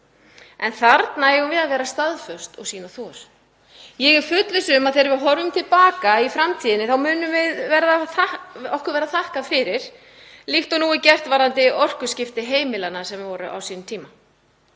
en þarna eigum við að vera staðföst og sýna þor. Ég hef fullvissu um að þegar við horfum til baka í framtíðinni mun okkur þakkað fyrir líkt og nú er gert varðandi orkuskipti heimilanna sem voru á sínum tíma.